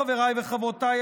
חבריי וחברותיי,